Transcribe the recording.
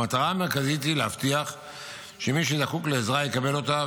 המטרה המרכזית היא להבטיח שמי שזקוק לעזרה יקבל אותה,